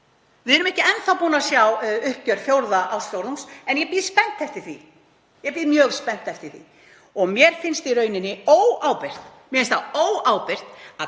Við erum ekki enn þá búin að sjá uppgjör fjórða ársfjórðungs en ég bíð spennt eftir því. Ég bíð mjög spennt eftir því. Mér finnst í rauninni óábyrgt að kalla hér